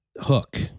Hook